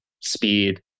speed